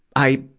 i,